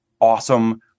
awesome